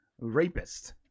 rapist